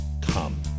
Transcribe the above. come